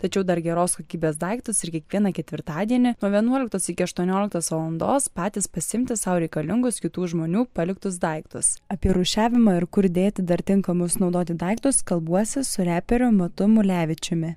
tačiau dar geros kokybės daiktus ir kiekvieną ketvirtadienį nuo vienuoliktos iki aštuonioliktos valandos patys pasiimti sau reikalingus kitų žmonių paliktus daiktus apie rūšiavimą ir kur dėti dar tinkamus naudoti daiktus kalbuosi su reperiu matu mulevičiumi